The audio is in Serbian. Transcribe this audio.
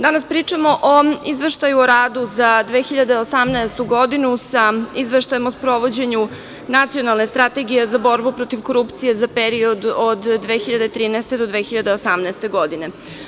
Danas pričamo o izveštaju o radu za 2018. godinu sa Izveštajem o sprovođenju nacionalne strategije za borbu protiv korupcije za period od 2013. do 2018. godine.